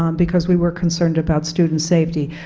um because we were concerned about student safety.